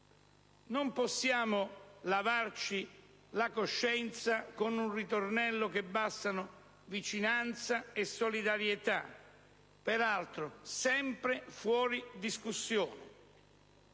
Non possiamo lavarci la coscienza con il ritornello che bastano vicinanza e solidarietà, peraltro sempre fuori discussione.